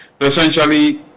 Essentially